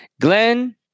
Glenn